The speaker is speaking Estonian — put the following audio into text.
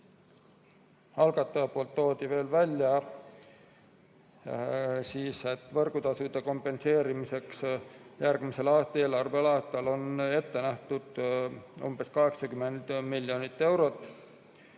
poolt toodi veel välja, et võrgutasu kompenseerimiseks järgmisel eelarveaastal on ette nähtud umbes 80 miljonit eurot.